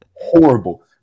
horrible